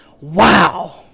wow